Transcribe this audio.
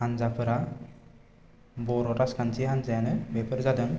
हान्जाफोरा बर' राजखान्थि हान्जायानो बेफोर जादों